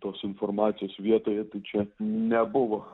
tos informacijos vietoje tai čia nebuvo